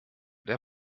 der